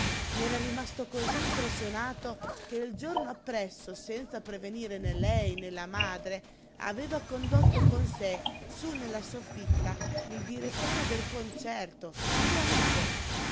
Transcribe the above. mai n'era rimasto cosí impressionato che il giorno appresso senza prevenire né lei né la madre aveva condotto con sé sú nella soffitta il direttore del concerto suo amico